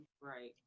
Right